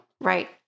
Right